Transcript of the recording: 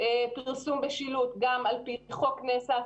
פרסום בשילוט, גם על פי חוק ינת"ע.